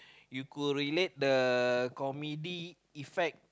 you could relate the comedy effect